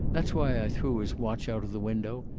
that's why i threw his watch out of the window.